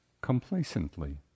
complacently